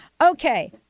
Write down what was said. Okay